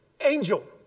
angel